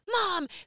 Mom